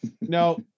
No